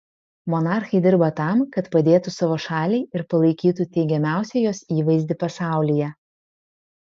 monarchai dirba tam kad padėtų savo šaliai ir palaikytų teigiamiausią jos įvaizdį pasaulyje